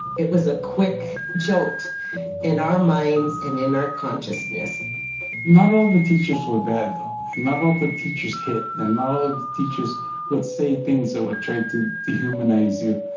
it was a quick jolt in our minds and in our consciousness not all the teachers were bad, though, and not all the teachers hit, and not all the teachers would say things that would try to dehumanize you.